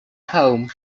home